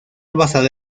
basada